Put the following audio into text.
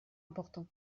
important